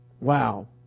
Wow